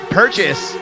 purchase